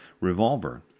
revolver